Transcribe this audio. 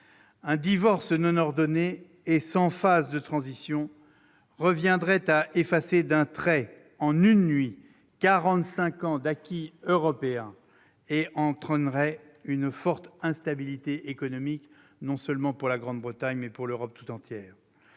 Un « divorce » non ordonné et sans phase de transition reviendrait à effacer d'un trait, en une nuit, quarante-cinq ans d'acquis européen, et entraînerait une forte instabilité économique, non seulement pour la Grande-Bretagne, mais aussi pour l'Europe tout entière.